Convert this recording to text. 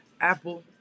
Apple